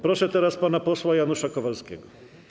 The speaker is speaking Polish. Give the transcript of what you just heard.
Proszę teraz pana posła Janusza Kowalskiego.